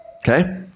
Okay